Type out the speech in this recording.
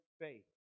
faith